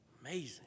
Amazing